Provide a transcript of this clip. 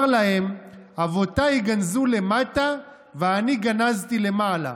"אמר להם: אבותיי גנזו למטה, ואני גנזתי למעלה,